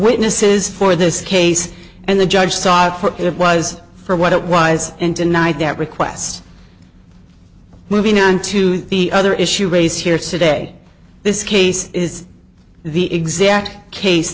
witnesses for this case and the judge thought it was for what it was and denied that request moving on to the other issue raise here today this case is the exact case